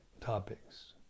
topics